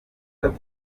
atatu